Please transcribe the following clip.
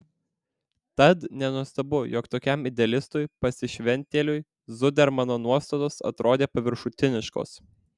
tad nenuostabu jog tokiam idealistui pasišventėliui zudermano nuostatos atrodė paviršutiniškos